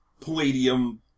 Palladium